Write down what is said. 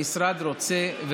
רוצה,